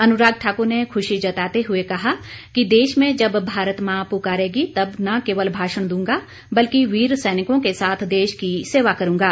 अनुराग ठाकुर ने खुशी जताते हुए कहा कि देश में जब भारत मां पुकारेगी तब न केवल भाषण दूंगा बल्कि वीर सैनिकों के साथ देश की सेवा करूंगा